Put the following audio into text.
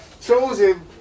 chosen